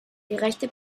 gerechte